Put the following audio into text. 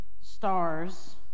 stars